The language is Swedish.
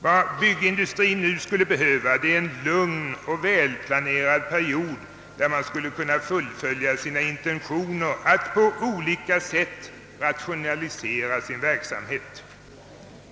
Vad byggindustrien nu skulle behöva vore en lugn och välplanerad period, under vilken man skulle kunna fullfölja sina intentioner att på olika sätt rationalisera sin verksamhet.